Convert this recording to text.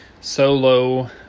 solo